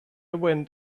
went